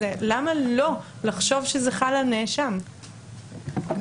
למה לא לחשוב שזה חל על נאשם בחוק